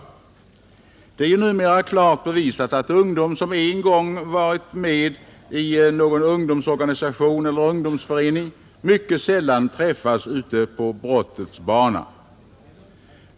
Det är ju numera klart bevisat att ungdom, som en gång varit med i någon ungdomsorganisation eller ungdomsförening, mycket sällan träffas ute på brottets bana.